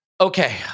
okay